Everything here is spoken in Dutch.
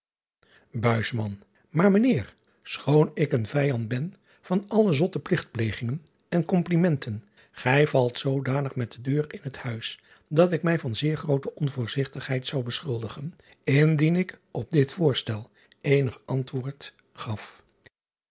aar ijnheer schoon ik een vijand ben van alle zotte pligtplegingen en komplimenten gij valt zoodanig met de deur in het huis dat ik mij van zeer groote onvoorzigtigheid zou beschuldigen indien ik op dit voorstel eenig antwoord gaf